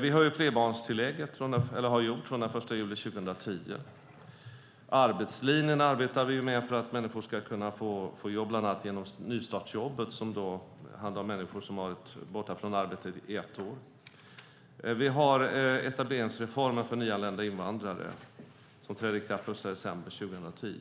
Vi har höjt flerbarnstillägget från den 1 juli 2010. Arbetslinjen arbetar vi med för att människor ska få jobb bland annat med hjälp av nystartsjobb. Det handlar om människor som har varit borta från arbetet i ett år. Vi har etableringsreformen för nyanlända invandrare, som trädde i kraft den 1 december 2010.